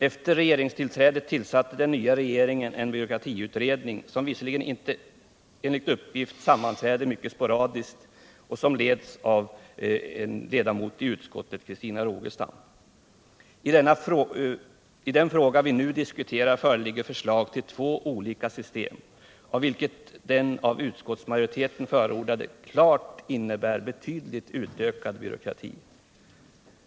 Efter regeringstillträdet tillsatte den nya regeringen en byråkratiutredning som dock enligt uppgift sammanträder mycket sporadiskt och som leds av socialförsäkringsutskottsledamoten Christina Rogestam. I den fråga vi nu diskuterar föreligger förslag till två olika system, av vilka det av utskottsmajoriteten förordade klart innebär betydligt utökad byråkrati.